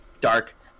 dark